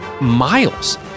miles